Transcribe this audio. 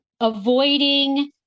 avoiding